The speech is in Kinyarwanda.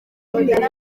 imbere